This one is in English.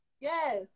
Yes